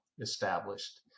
established